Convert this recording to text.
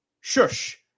shush